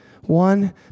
One